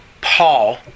Paul